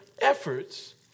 efforts